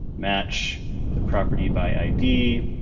match the property by id,